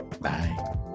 Bye